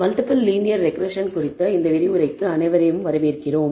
multiple linear regression குறித்த இந்த விரிவுரைக்கு அனைவரையும் வரவேற்கிறோம்